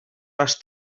les